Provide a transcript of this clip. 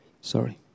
Sorry